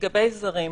לגבי זרים,